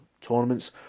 tournaments